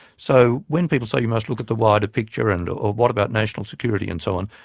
so when people say you must look at the wider picture and what about national security and so on,